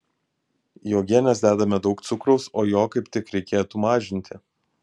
į uogienes dedame daug cukraus o jo kaip tik reikėtų mažinti